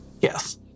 yes